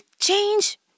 change